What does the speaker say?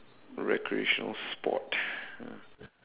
recreational sport